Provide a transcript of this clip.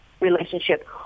relationship